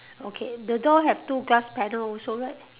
okay the door have two glass panel also right